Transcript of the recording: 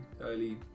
early